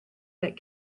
that